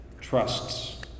trusts